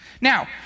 Now